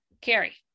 Carrie